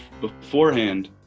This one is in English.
Beforehand